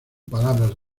palabras